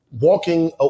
walking